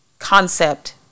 concept